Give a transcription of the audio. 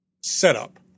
setup